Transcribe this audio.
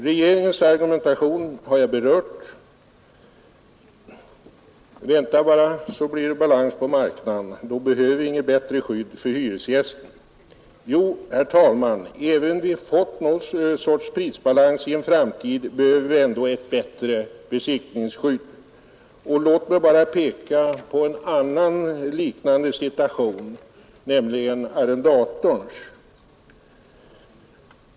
Regeringens argumentation har jag berört: Vänta bara så blir det balans på marknaden, då behöver vi inget bättre skydd för hyresgästerna. Jo, herr talman, även när vi i en framtid har fått någon sorts prisbalans behöver vi ett bättre besittningsskydd. Låt mig bara peka på en annan liknande situation, nämligen arrendatorns.